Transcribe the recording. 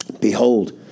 Behold